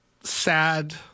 Sad